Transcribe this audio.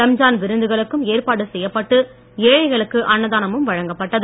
ரம்ஜான் விருந்துகளுக்கும் ஏற்பாடு செய்யப்பட்டு ஏழைகளுக்கு அன்னதானமும் வழங்கப்பட்டது